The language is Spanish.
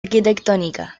arquitectónica